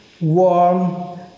warm